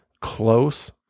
close